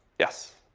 yes.